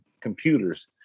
computers